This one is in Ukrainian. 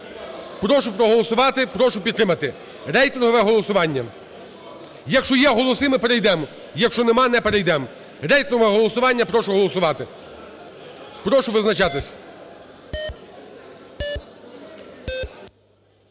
Прошу проголосувати, прошу підтримати рейтингове голосування. Якщо є голоси, ми перейдемо, якщо немає, не перейдемо. Рейтингове голосування. Прошу голосувати, прошу визначатись.